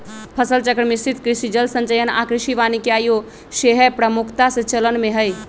फसल चक्र, मिश्रित कृषि, जल संचयन आऽ कृषि वानिकी आइयो सेहय प्रमुखता से चलन में हइ